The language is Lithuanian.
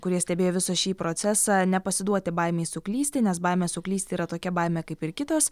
kurie stebėjo visą šį procesą nepasiduoti baimei suklysti nes baimė suklysti yra tokia baimė kaip ir kitos